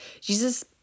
Jesus